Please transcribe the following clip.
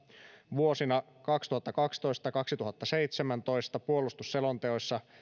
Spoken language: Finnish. vuosina kaksituhattakaksitoista ja kaksituhattaseitsemäntoista puolustuselonteoissa